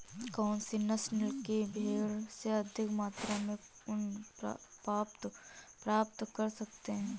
कौनसी नस्ल की भेड़ से अधिक मात्रा में ऊन प्राप्त कर सकते हैं?